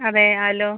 അതേ ഹലോ